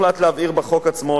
הוחלט להבהיר בחוק עצמו,